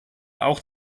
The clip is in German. auch